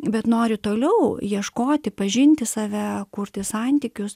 bet nori toliau ieškoti pažinti save kurti santykius